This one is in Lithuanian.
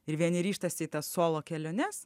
ir vieni ryžtasi į tas solo keliones